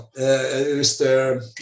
Mr